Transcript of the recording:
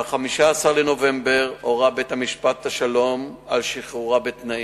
ב-15 בנובמבר הורה בית-משפט השלום על שחרורה בתנאים,